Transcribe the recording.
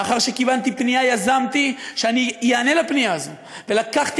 מאחר שקיבלתי פנייה יזמתי שאני איענה לפנייה הזאת ולקחתי